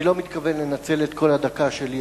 אני לא מתכוון לנצל את כל הדקה שלי,